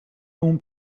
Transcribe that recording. whom